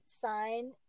sign